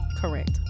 Correct